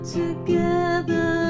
together